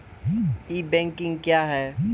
ई banking क्या हैं?